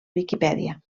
viquipèdia